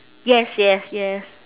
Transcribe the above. yes yes yes